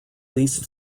least